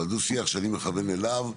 אבל דו שיח שאני מכוון אליו,